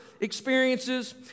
experiences